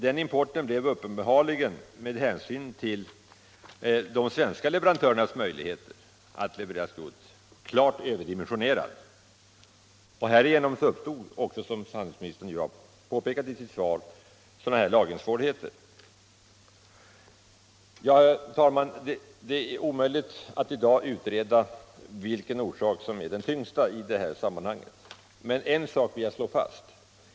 Den importen blev, med hänsyn till de svenska leverantörernas möjlighet att leverera skrot, klart överdimensionerad. Härigenom uppstod också lagringssvårigheter, som handelsministern har påpekat i sitt svar. Herr talman, det är omöjligt att i dag utreda vilken orsak som väger tyngst i detta sammanhang. Men en sak vill jag slå fast.